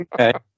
Okay